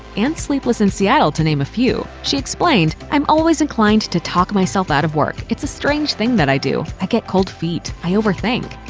and sleepless in seattle, to name a few. she explained i'm always inclined to talk myself out of work. it's a strange thing that i do. i get cold feet. i overthink.